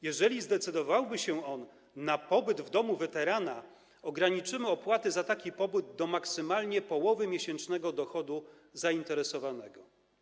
Jeżeli zdecydowałby się on na pobyt w domu weterana, ograniczymy opłaty za taki pobyt do maksymalnie połowy miesięcznego dochodu zainteresowanego.